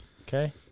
Okay